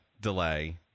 delay